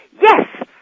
yes